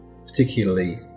particularly